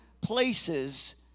places